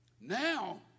Now